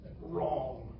wrong